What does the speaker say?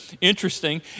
interesting